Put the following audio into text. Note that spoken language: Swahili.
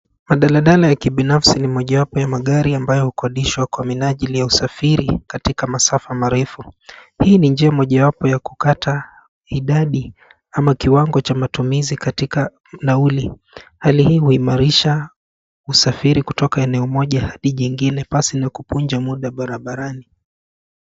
Madaladala ya kibinafsi ni mojawapo ya magari amabyo hukodishwa kwa minajili ya usafiri katika masafa marefu. Hii ni njia mojawapo ya kukata idadi ama kiwango cha matumizi katika nauli. Hali hii huimarisha usafiri kutoka eneo moja adi jingine pasi na kupunja muda barabarani.